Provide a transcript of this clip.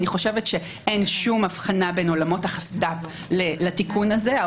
אין שום הבחנה בין עולמות החסד"פ לתיקון הזה.